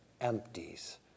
empties